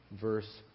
verse